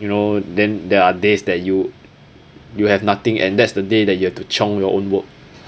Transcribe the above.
you know then there are days that you you have nothing and that's the day that you have to chiong your own work